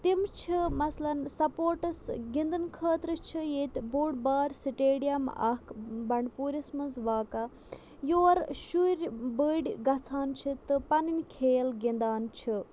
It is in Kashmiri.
تِم چھِ مثلاً سپورٹٕس گِنٛدَن خٲطرٕ چھِ ییٚتہِ بوٚڑ بار سٹیڈیَم اَکھ بَنٛڈپوٗرِس منٛز واقع یور شُرۍ بٔڑۍ گژھان چھِ تہٕ پَنٕنۍ کھیل گِنٛدان چھِ